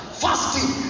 fasting